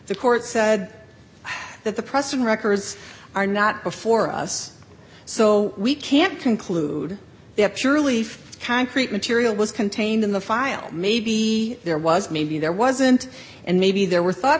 the court said that the pressing records are not before us so we can't conclude they have surely concrete material was contained in the file maybe there was maybe there wasn't and maybe there were thought